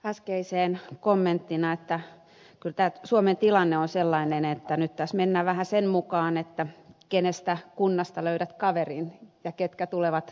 äskeiseen kommenttina että kyllä tämä suomen tilanne on sellainen että nyt tässä mennään vähän sen mukaan mistä kunnasta löydät kaverin ja ketkä tulevat leikkimään mukaan